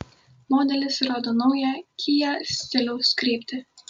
modelis rodo naują kia stiliaus kryptį